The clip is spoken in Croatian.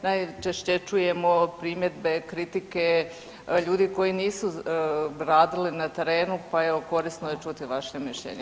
Najčešće čujemo primjedbe, kritike ljudi koji nisu radili na terenu, pa evo, korisno je čuti vaše mišljenje.